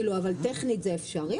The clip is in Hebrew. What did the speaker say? זה אפשרי טכנית?